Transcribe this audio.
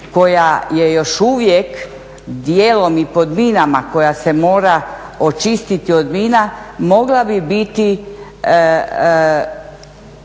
koja je još uvijek dijelom i pod minama, koja se mora očistiti od mina mogla bi biti